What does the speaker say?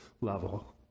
level